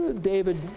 David